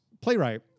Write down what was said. playwright